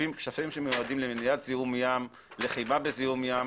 שכספים שמיועדים למניעת זיהום ים, לחימה בזיהום ים